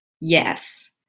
Yes